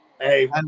Hey